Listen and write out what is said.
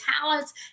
talents